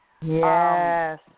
Yes